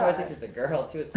thinks it's a girl too.